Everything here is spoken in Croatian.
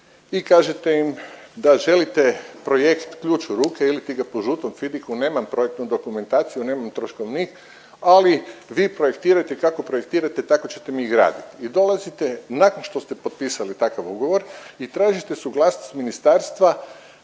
i kažete im da želite Projekt ključ u ruke iliti ga po žutom …/Govornik se ne razumije./…nemam projektnu dokumentaciju, nemam troškovnik, ali vi projektirajte kako projektirate, tako ćete mi i gradit i dolazite nakon što ste potpisali takav ugovor i tražite suglasnost ministarstva